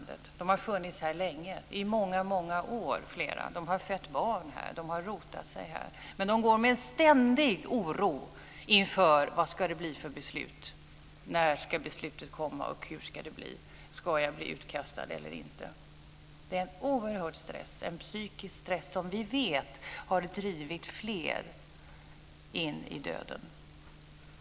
De har funnits här i landet länge, flera i många år, har fött barn här och rotat sig här. Men de går med en ständig oro inför vad det ska bli för beslut, när beslutet ska komma och hur det ska bli: "Ska jag bli utkastad eller inte?" Det är en oerhörd stress, en psykisk stress, som vi vet har drivit flera i döden.